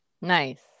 Nice